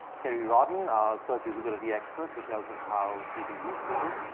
kerry rodden, our search usability expert, who tells us how people use google.